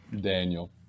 Daniel